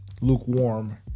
lukewarm